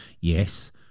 Yes